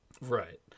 Right